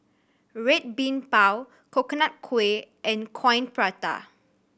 Red Bean Bao Coconut Kuih and Coin Prata